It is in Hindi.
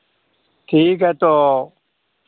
ठीक है तो